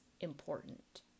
important